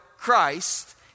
Christ